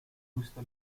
gusto